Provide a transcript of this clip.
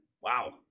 Wow